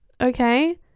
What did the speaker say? okay